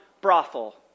brothel